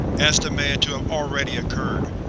estimated to have already occurred.